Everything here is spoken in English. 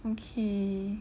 okay